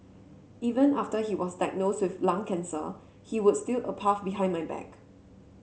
even after he was diagnose with lung cancer he would steal a puff behind my back